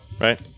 right